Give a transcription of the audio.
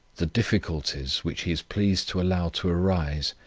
the difficulties, which he is pleased to allow to arise,